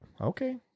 Okay